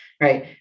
right